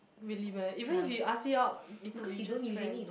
even if he ask you out it it could be just friends